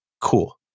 Cool